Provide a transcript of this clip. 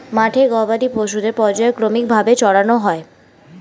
মাঠে গবাদি পশুদের পর্যায়ক্রমিক ভাবে চরানো হয়